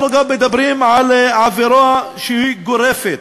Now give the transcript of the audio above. אנחנו גם מדברים על עבירה שהיא גורפת.